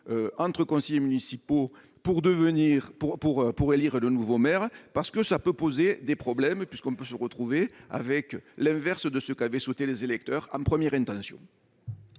pour devenir pour pour pour élire le nouveau maire, parce que ça peut poser des problèmes puisqu'on peut se retrouver avec l'inverse de ce qu'avait souhaité les électeurs en première intention.